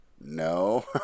No